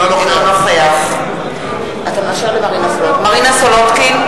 אינו נוכח מרינה סולודקין,